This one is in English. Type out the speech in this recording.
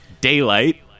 Daylight